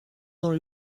dans